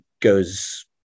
goes